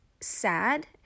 sad